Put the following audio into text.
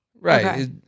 Right